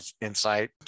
insight